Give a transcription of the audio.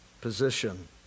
position